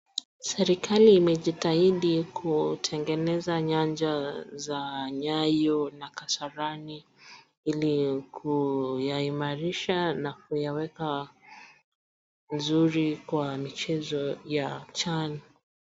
Serikali imejitahidi kutengeneza nyanja za Nyayo na Kasarani ili kuyaimarisha na kuyaweka mzuri kwa michezo ya Chan.